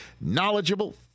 knowledgeable